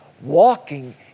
walking